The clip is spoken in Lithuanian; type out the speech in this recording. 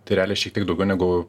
tai realiai šiek tiek daugiau negu